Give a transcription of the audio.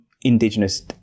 indigenous